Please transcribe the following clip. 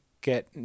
get